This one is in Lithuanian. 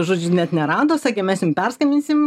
žodžiu net nerado sakė mes jum perskambinsim